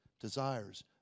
desires